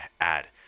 add